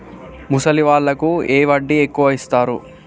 ముసలి వాళ్ళకు ఏ వడ్డీ ఎక్కువ ఇస్తారు?